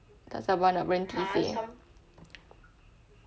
tak sabar nak berhenti seh